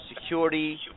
security